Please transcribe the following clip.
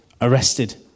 arrested